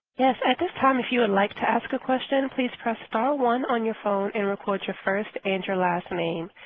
yes, at this time if you would and like to ask a question, please press star one on your phone and record your first and your last name.